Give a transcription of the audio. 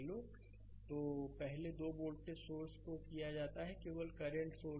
slide समय देखें 2706 तो पहले 2 वोल्टेज सोर्सेस को किया जाता है केवल करंट सोर्स है